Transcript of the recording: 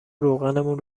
روغنمون